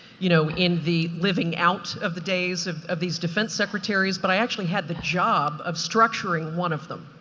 you know, in the living out of the days of of these defense secretaries, but i actually had the job of structuring one of them,